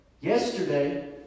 yesterday